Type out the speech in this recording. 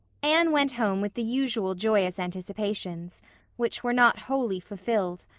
anne went home with the usual joyous anticipations which were not wholly fulfilled.